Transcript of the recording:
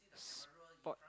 sport